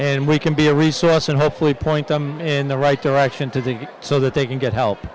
and we can be a resource and hopefully point them in the right direction to think so that they can get help